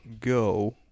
go